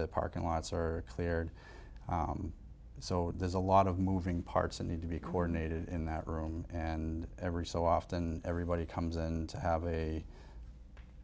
the parking lots are cleared so there's a lot of moving parts and need to be coordinated in that room and every so often everybody comes and to have a